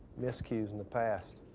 miscues in the past.